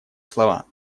слова